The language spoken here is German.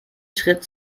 schritt